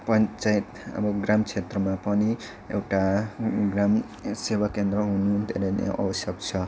पञ्चायत अब ग्राम क्षेत्रमा पनि एउटा ग्राम सेवाकेन्द्र हुनु धेरै नै आवश्यक छ